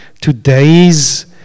today's